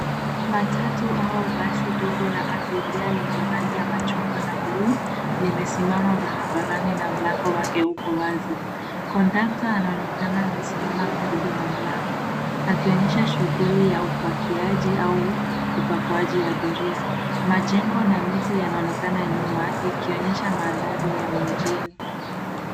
Matatu au basi dogo la abiria lenye rangi ya machungwa na buluu limesimama barabarani na mlango wake uko wazi. Kondakta anaonekana amesimama karibu na mlango, akionesha shuguli ya upakiaji au upakuaji wa abiria. Majengo na miti yanaonekana nyuma ikionesha maandhari ya mjini.